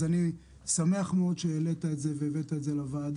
אז אני שמח שהעלית את זה והבאת את זה לוועדה.